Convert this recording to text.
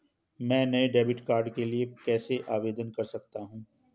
मैं नए debit card के लिए कैसे आवेदन कर सकता हूँ?